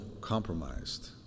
compromised